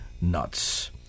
nuts